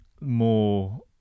more